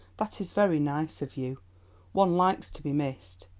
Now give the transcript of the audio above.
that is very nice of you one likes to be missed.